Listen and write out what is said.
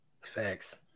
Facts